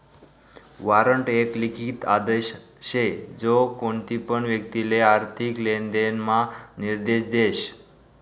warrant एक लिखित आदेश शे जो कोणतीपण व्यक्तिले आर्थिक लेनदेण म्हा निर्देश देस